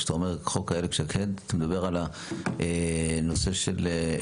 כשאתה אומר 'חוק איילת שקד' אתה מדבר על הנושא של?